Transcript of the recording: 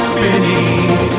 beneath